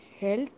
health